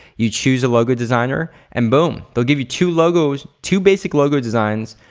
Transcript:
you choose a logo designer and boom. they'll give you two logos, two basic logo designs.